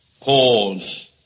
pause